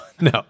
No